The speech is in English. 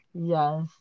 yes